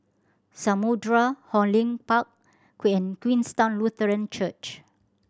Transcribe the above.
Samudera Hong Lim Park Queenstown Lutheran Church